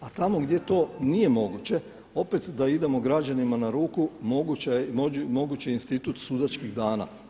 A tamo gdje to nije moguće opet da idemo građanima na ruku mogući je institut sudačkih dana.